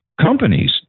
companies